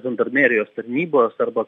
žandarmėnijos tarnybos arba